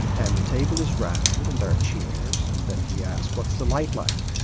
and the table is round, and there are chairs. and then we ask, what's the light like?